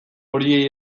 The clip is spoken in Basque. horiei